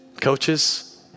Coaches